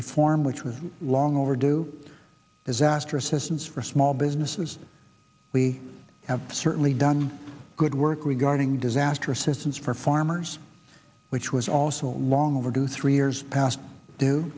reform which was long overdue disaster assistance for small businesses we have certainly done good work regarding disaster assistance for farmers which was also long overdue three years past d